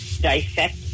dissect